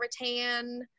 rattan